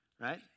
Right